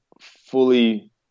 fully